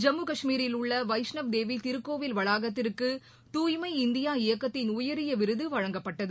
ஜம்மு காஷ்மீரில் உள்ள வைஷ்ணவ் தேவி திருகோவில் வளாகத்திற்கு தூய்மை இந்தியா இயக்கத்தின் உயரிய விருது வழங்கப்பட்டது